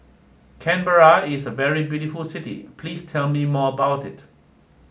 Canberra is a very beautiful city please tell me more about it